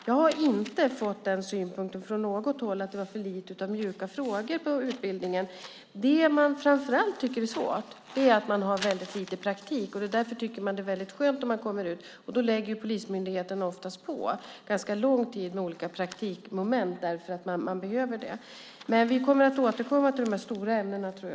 Jag har inte fått synpunkten från något håll att det är för lite av mjuka frågor i utbildningen. Det som man framför allt tycker är ett problem är att man har väldigt lite praktik. Därför tycker man att det är väldigt bra att komma ut, och polismyndigheten lägger oftast på en ganska lång tid med olika praktikmoment. Jag tror att vi kommer att återkomma till de här stora ämnena.